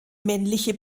männliche